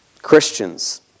Christians